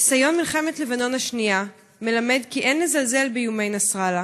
ניסיון מלחמת לבנון השנייה מלמד כי אין לזלזל באיומי נסראללה.